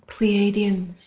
Pleiadians